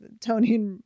tony